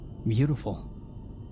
Beautiful